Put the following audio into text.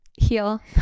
heal